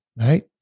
right